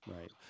Right